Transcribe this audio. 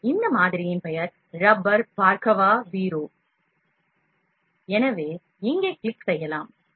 எனவே இந்த மாதிரியின் பெயர் ரப்பர் பார்கவா வீரு எனவே இங்கே கிளிக் செய்வோம்